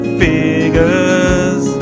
figures